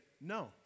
no